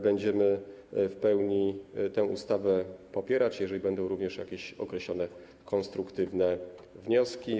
Będziemy w pełni tę ustawę popierać, jeżeli będą również jakieś określone konstruktywne wnioski.